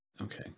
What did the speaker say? okay